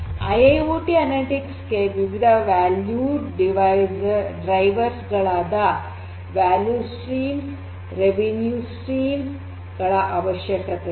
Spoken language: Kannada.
I I O T analytics ಗೆ ವಿವಿಧ ವ್ಯಾಲ್ಯೂ ಡ್ರೈವರ್ಸ್ ಗಳಾದ ವ್ಯಾಲ್ಯೂ ಸ್ಟ್ರೀಮ್ಸ್ ರೆವಿನ್ಯೂ ಸ್ಟ್ರೀಮ್ಸ್ ಗಳ ಅವಶ್ಯವಿದೆ